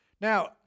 Now